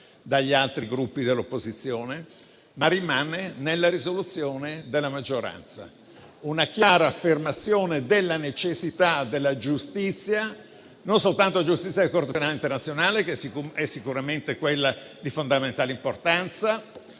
dagli altri Gruppi dell'opposizione. Nella risoluzione della maggioranza c'è una chiara affermazione della necessità della giustizia, non soltanto quella della Corte penale internazionale, che sicuramente è di fondamentale importanza.